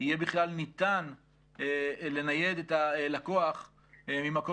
יהיה בכלל ניתן לנייד את הלקוח ממקום